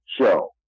show